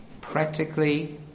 practically